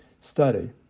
study